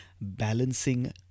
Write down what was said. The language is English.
balancing